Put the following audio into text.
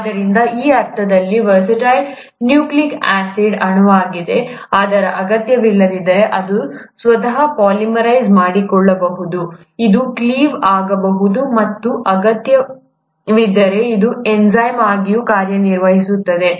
ಆದ್ದರಿಂದ ಇದು ಆ ಅರ್ಥದಲ್ಲಿ ವರ್ಸಟೈಲ್ ನ್ಯೂಕ್ಲಿಯಿಕ್ ಆಸಿಡ್ ಅಣುವಾಗಿದೆ ಅದು ಅಗತ್ಯವಿದ್ದಲ್ಲಿ ಅದು ಸ್ವತಃ ಪಾಲಿಮರೈಸ್ ಮಾಡಿಕೊಳ್ಳಬಹುದು ಅದು ಕ್ಲೇವ್ ಆಗಬಹುದು ಮತ್ತು ಅಗತ್ಯವಿದ್ದರೆ ಅದು ಎನ್ಝೈಮ್ ಆಗಿಯೂ ಕಾರ್ಯನಿರ್ವಹಿಸುತ್ತದೆ